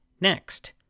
next